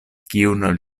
kiun